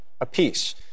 apiece